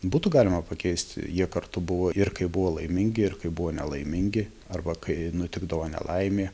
būtų galima pakeisti jie kartu buvo ir kai buvo laimingi ir kai buvo nelaimingi arba kai nutikdavo nelaimė